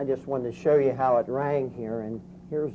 i just want to show you how it writing here and here